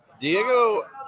Diego